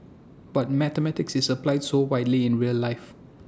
but mathematics is applied so widely in real life